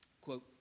Quote